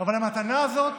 אבל המתנה הזאת